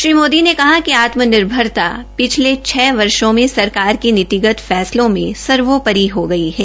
श्री मोदी ने कहा कि आत्म निर्भरता पिछले छ वर्षो मे सरकार के नीतिगत फैसलों मे सर्वोपरि हो गई है